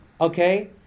Okay